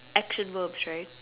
action verbs right